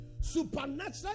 Supernatural